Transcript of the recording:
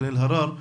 קארין אלהרר,